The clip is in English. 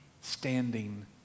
standing